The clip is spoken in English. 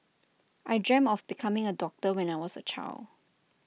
I dreamt of becoming A doctor when I was A child